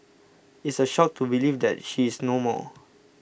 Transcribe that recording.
it's a shock to believe that she is no more